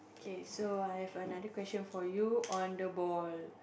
okay so I have another question for you on the ball